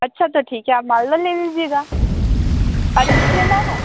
अच्छा तो ठीक है आप माल्दह ले लीजिएगा और कुछ लेना हैं